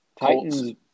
Titans